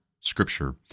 scripture